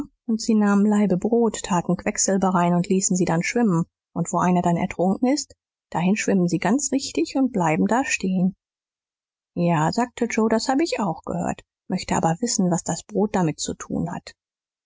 und sie nahmen laibe brot taten quecksilber rein und ließen sie dann schwimmen und wo einer dann ertrunken ist dahin schwimmen sie ganz richtig und bleiben da stehen ja sagte joe das hab ich auch gehört möchte aber wissen was das brot damit zu tun hat